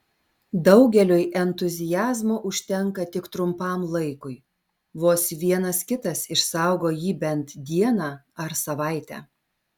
daugeliui entuziazmo užtenka tik trumpam laikui vos vienas kitas išsaugo jį bent dieną ar savaitę